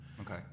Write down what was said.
Okay